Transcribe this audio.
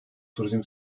turizm